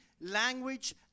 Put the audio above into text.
language